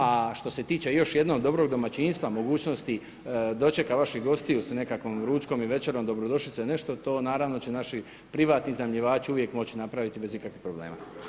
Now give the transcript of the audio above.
A što se tiče još jednog dobrog domaćinstva, mogućnosti dočeka vaših gostiju sa nekakvim ručkom ili večerom dobrodošlice ili nešto, to naravno će naši privatni iznajmljivači uvijek moći napraviti bez ikakvog problema.